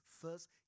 first